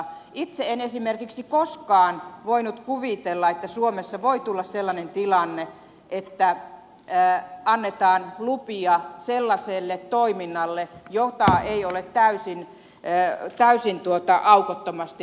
itse en esimerkiksi koskaan voinut kuvitella että suomessa voi tulla sellainen tilanne että annetaan lupia sellaiselle toiminnalle jota ei ole täysin aukottomasti selvitetty